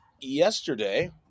Yesterday